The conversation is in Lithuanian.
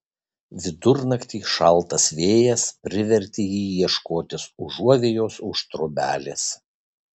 vidurnaktį šaltas vėjas privertė jį ieškotis užuovėjos už trobelės